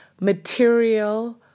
material